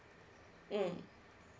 mm